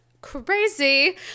crazy